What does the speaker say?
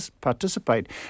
participate